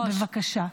לא, בבקשה.